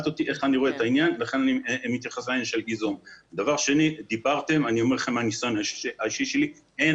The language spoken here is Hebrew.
אני אומר לכם מהניסיון האישי שלי שאין